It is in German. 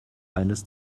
eines